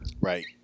Right